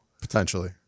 Potentially